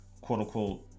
quote-unquote